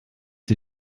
sie